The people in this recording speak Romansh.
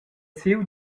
siu